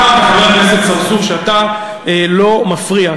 אתה אמרת, חבר הכנסת צרצור, שאתה לא מפריע.